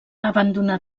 abandonà